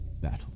battle